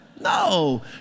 No